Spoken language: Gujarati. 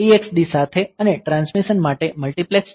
1 TxD સાથે અને ટ્રાન્સમિશન માટે મલ્ટિપ્લેક્સ્ડ છે